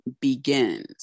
begins